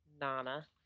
Nana